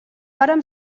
vàrem